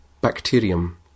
Bacterium